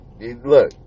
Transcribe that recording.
Look